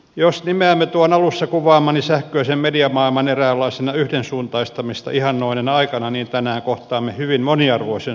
jos nimeämme tuon alussa kuvaamani sähköisen mediamaailman eräänlaiseksi yhdensuuntaistamista ihannoivaksi ajaksi niin tänään kohtaamme hyvin moniarvoisen suomalaisen mediamaailman